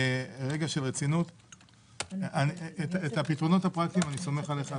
לגבי הפתרונות הפרקטיים אני סומך עליך,